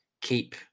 keep